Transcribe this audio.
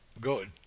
Good